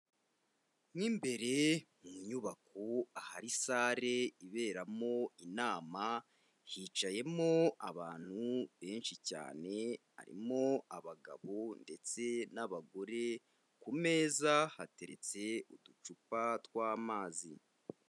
Mo imbere, mu nyubako, ahari sare iberamo inama, hicayemo abantu benshi cyane, harimo abagabo ndetse n'abagore, ku meza hateretse uducupa tw'amazi.